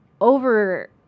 over